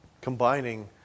combining